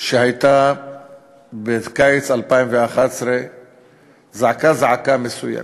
שהייתה בקיץ 2011 זעקה זעקה מסוימת.